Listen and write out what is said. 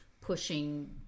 pushing